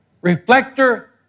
reflector